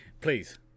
please